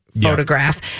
photograph